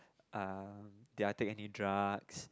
uh did I take any drugs